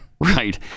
Right